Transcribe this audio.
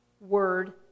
word